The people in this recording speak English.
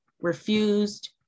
refused